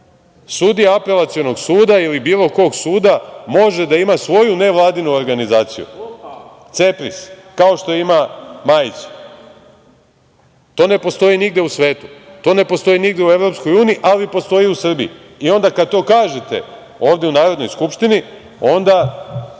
sudija Apelacionog suda ili bilo kog suda može da ima svoju nevladinu organizaciju, CEPRIS, kao što ima Majić? To ne postoji nigde u svetu, to ne postoji nigde u Evropskoj uniji, ali postoji u Srbiji i onda, kad to kažete ovde u Narodnoj skupštini, onda